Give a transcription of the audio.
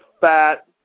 fat